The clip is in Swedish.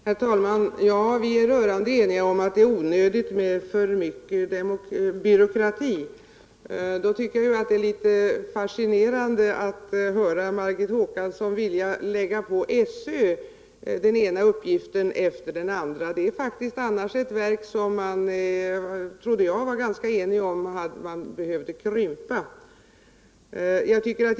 Herr talman! Vi är rörande eniga om att det är onödigt med mycket byråkrati. Då är det fascinerande att höra Margot Håkansson vilja lägga på sö den ena uppgiften efter den andra. Det är faktiskt annars ett verk som behöver krympas — och det trodde jag att det fanns ganska stor enighet om.